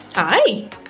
Hi